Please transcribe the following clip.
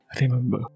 Remember